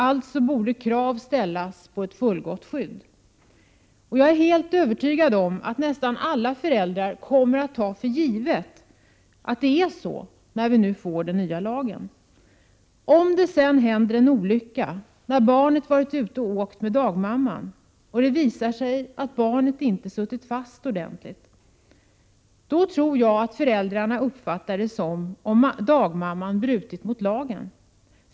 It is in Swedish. Alltså borde krav ställas på ett fullgott skydd. Jag är helt övertygad om att nästan alla föräldrar kommer att ta för givet att det förhåller sig så, när vi nu får den nya lagen. Om det sedan händer en olycka när barnet har varit ute och åkt med dagmamman och det visar sig att barnet inte har suttit fast ordentligt, då tror jag att föräldrarna uppfattar det som om dagmamman har brutit mot lagen.